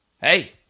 Hey